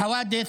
בערבית.)